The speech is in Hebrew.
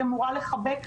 היא אמורה לחבק,